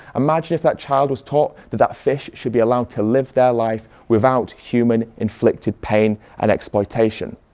imagine if that child was taught that that fish should be allowed to live their life without human inflicted pain and exploitation.